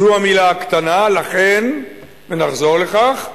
זו המלה הקטנה: לכן, ונחזור לכך.